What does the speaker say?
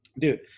dude